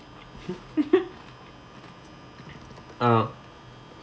ah